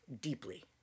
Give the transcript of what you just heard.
deeply